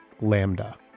Lambda